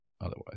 otherwise